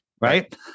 Right